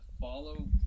follow